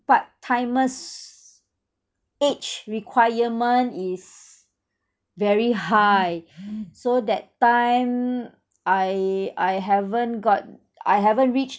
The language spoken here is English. part timers age requirement is very high so that time I I haven't got I haven't reached